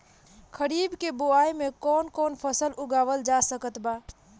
खरीब के बोआई मे कौन कौन फसल उगावाल जा सकत बा?